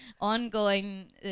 ongoing